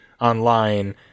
online